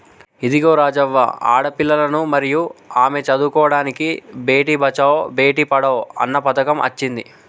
ఇదిగో రాజవ్వ ఆడపిల్లలను మరియు ఆమె చదువుకోడానికి బేటి బచావో బేటి పడావో అన్న పథకం అచ్చింది